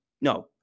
no